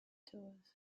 tours